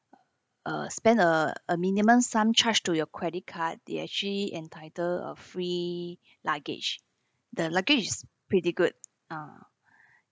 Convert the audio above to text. uh spend a a minimum sum charge to your credit card they actually entitled a free luggage the luggage is pretty good ah